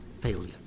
failure